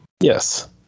yes